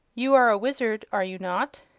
you are a wizard, are you not?